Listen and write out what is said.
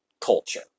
culture